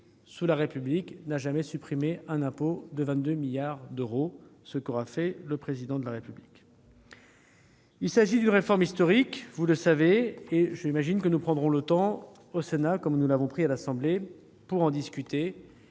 dans la République française, n'avait jamais supprimé un impôt de 22 milliards d'euros ; c'est ce qu'aura fait le Président de la République ! Il s'agit d'une réforme historique, vous le savez, et j'imagine que nous prendrons le temps, au Sénat, comme nous l'avons fait à l'Assemblée nationale, d'en discuter,